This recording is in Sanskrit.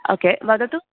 ओ के वदतु